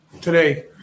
today